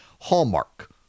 Hallmark